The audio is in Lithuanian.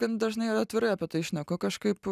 gan dažnai atvirai apie tai šneku kažkaip